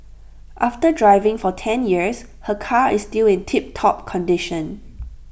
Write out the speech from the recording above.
after driving for ten years her car is still in tiptop condition